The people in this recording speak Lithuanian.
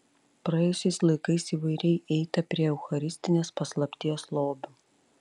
praėjusiais laikais įvairiai eita prie eucharistinės paslapties lobių